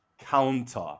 counter